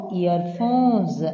earphones